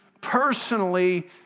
personally